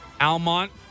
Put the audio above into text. Almont